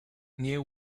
neal